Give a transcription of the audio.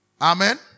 Amen